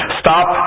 stop